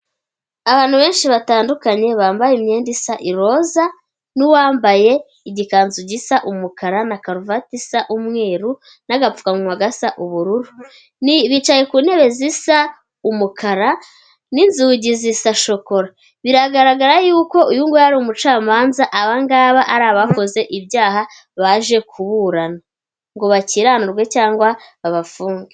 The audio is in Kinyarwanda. Abantu benshi batandukanye bambaye imyenda isa iroza n'uwambaye igikanzu gisa umukara na karuvati isa umweru n'agapfukamuwa gasa ubururu. Bicaye ku ntebe zisa umukara n'inzugi zisa shokora. Biragaragara y'uko uyu nguyu ari umucamanza, abangaba ari abakoze ibyaha baje kuburana ngo bakiranurwe cyangwa babafunge.